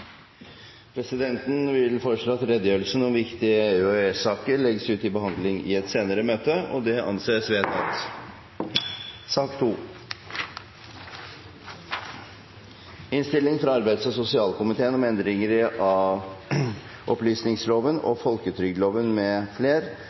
Presidenten vil foreslå at redegjørelsen om viktige EU- og EØS-saker legges ut for behandling i et senere møte. – Det anses vedtatt. Etter ønske fra arbeids- og sosialkomiteen vil presidenten foreslå at taletiden blir begrenset til 5 minutter til hver partigruppe og